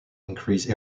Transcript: increase